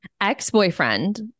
Ex-boyfriend